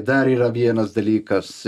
dar yra vienas dalykas